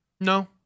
no